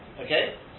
Okay